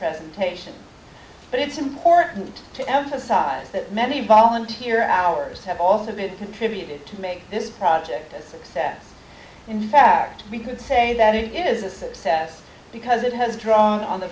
presentation but it's important to emphasize that many volunteer hours have also been contributed to make this project a success in fact we could say that it is a success because it has drawn on the